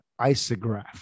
Isograph